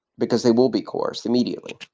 because they will be coerced immediately.